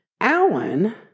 Alan